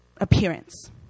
appearance